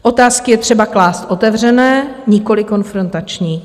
Otázky je třeba klást otevřené, nikoliv konfrontační.